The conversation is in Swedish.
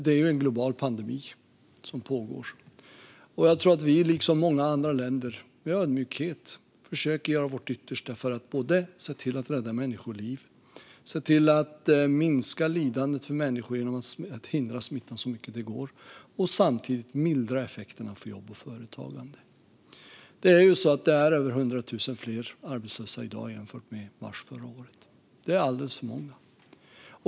Det är en global pandemi som pågår, och vi liksom många andra länder försöker med ödmjukhet att göra vårt yttersta för att rädda människoliv, minska lidandet för människor genom att hindra smittan så mycket som det går och samtidigt mildra effekterna för jobb och företagande. Det är över 100 000 fler arbetslösa i dag jämfört med i mars förra året. Det är alldeles för många.